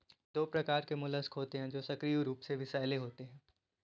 दो प्रकार के मोलस्क होते हैं जो सक्रिय रूप से विषैले होते हैं